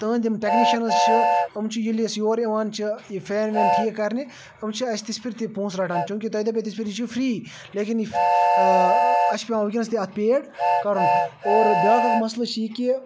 تہنٛدۍ یِم ٹٮ۪کنِشَنز چھِ یِم چھِ ییٚلہِ اَسہِ یور یِوان چھِ یہِ فین وین ٹھیٖک کَرنہِ یِم چھِ اَسہِ تِژ پھِر تہِ پونٛسہٕ رَٹان چوٗنٛکہ تۄہِہ دَپیو تِژ پھِر یہِ چھِ فِرٛی لیکن یہِ فی اَسہِ چھِ پٮ۪وان وٕنکٮ۪نَس تہِ اَتھ پیڑ کَرُن اور بیٛاکھ اَکھ مَسلہٕ چھِ یہِ کہ